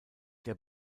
der